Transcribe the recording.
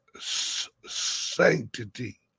sanctity